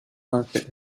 market